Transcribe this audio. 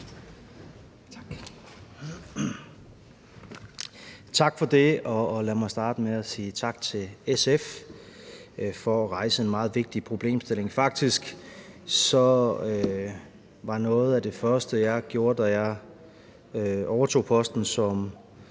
Tak for det. Lad mig starte med at sige tak til SF for at rejse en meget vigtig problemstilling. Faktisk var noget af det første, jeg gjorde, da jeg overtog posten som